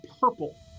purple